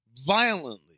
violently